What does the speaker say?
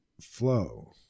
flow